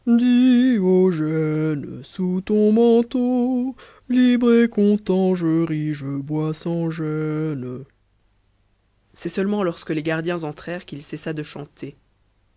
c'est seulement lorsque les gardiens entrèrent qu'il cessa de chanter